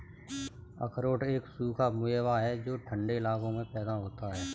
अखरोट एक सूखा मेवा है जो ठन्डे इलाकों में पैदा होता है